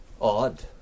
Odd